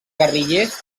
guerrillers